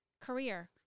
career